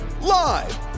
live